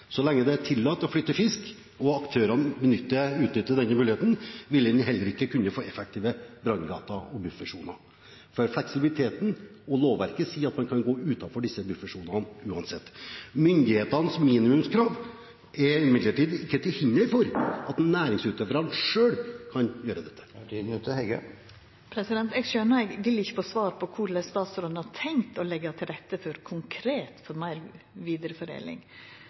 Så lenge det er tillatt å flytte fisk, og aktørene utnytter denne muligheten, vil en heller ikke kunne få effektive branngater og buffersoner, for fleksibiliteten og lovverket sier at man kan gå utenfor disse buffersonene uansett. Myndighetenes minimumskrav er imidlertid ikke til hinder for at næringsutøverne selv kan gjøre dette. Eg skjønar at eg ikkje vil få svar på korleis statsråden konkret har tenkt å leggja til rette for